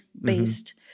based